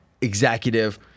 executive